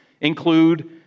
include